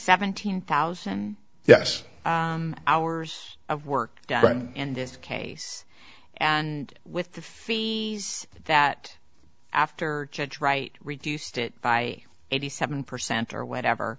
seventeen thousand yes hours of work done in this case and with the fees that after judge wright reduced it by eighty seven percent or